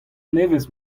nevez